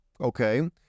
okay